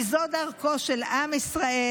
כי זו דרכו של עם ישראל,